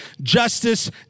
justice